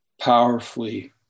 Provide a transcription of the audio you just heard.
powerfully